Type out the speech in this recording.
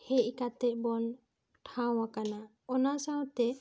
ᱦᱮᱡ ᱠᱟᱛᱮ ᱵᱚ ᱴᱷᱟᱶ ᱟᱠᱟᱱᱟ ᱚᱱᱟ ᱥᱟᱶᱛᱮ